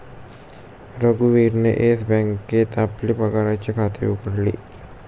रघुवीरने येस बँकेत आपले पगाराचे खाते उघडले